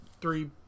three